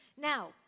Now